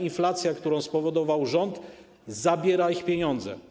Inflacja, którą spowodował rząd, zabiera ich pieniądze.